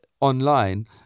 online